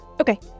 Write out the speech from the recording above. Okay